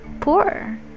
poor